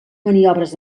maniobres